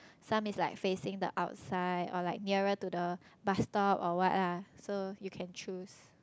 some is like facing the outside or like nearer to the bus stop or what ah so you can choose